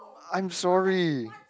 I'm sorry